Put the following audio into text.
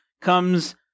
comes